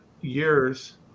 years